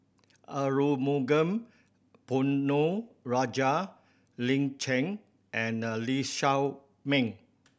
Arumugam Ponnu Rajah Lin Chen and Lee Shao Meng